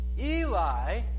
Eli